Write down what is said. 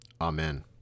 Amen